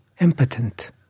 impotent